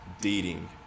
dating